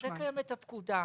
בשביל זה קיימת הפקודה.